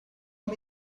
uma